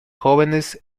jóvenes